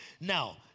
Now